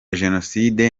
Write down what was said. jenoside